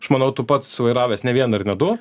aš manau tu pats vairavęs ne vieną ir ne du